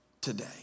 today